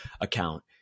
account